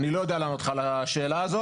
אני לא יודע לענות לך על השאלה הזאת.